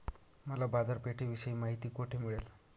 मला बाजारपेठेविषयी माहिती कोठे मिळेल?